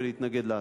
ולהתנגד להצעה.